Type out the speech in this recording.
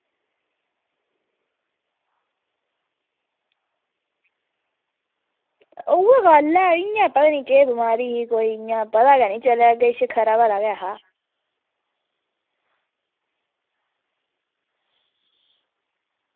आं उऐ गल्ल ऐ इंया पता निं केह् बमारी ही ओह्दी आं इंया पता गै निं चलेआ किश इंया खरा भला गै ऐहा